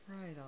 right